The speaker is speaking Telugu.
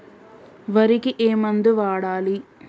వరికి ఏ మందు వాడాలి?